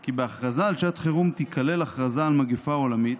כי בהכרזה על שעת חירום תיכלל הכרזה על מגפה עולמית,